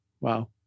Wow